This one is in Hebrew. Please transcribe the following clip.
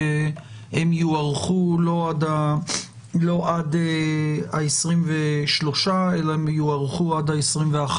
הן יוארכו לא עד ה-23 בדצמבר אלא הן יוארכו עד ה-21 בדצמבר,